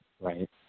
right